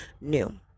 new